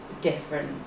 different